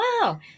wow